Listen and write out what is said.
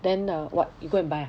then err what you go and buy ah